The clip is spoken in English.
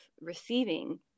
receiving